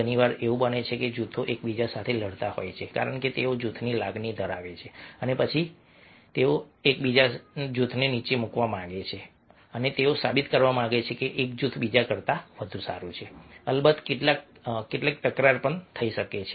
ઘણી વખત એવું બને છે કે જૂથો એકબીજા સાથે લડતા હોય છે કારણ કે તેઓ જૂથની લાગણી ધરાવે છે અને પછી કારણ કે તેઓ બીજા જૂથને નીચે મૂકવા માંગે છે અને તેઓ સાબિત કરવા માંગે છે કે એક જૂથ બીજા કરતા વધુ સારું છે અલબત્ત કેટલાક તકરાર થઈ શકે છે